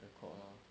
record lor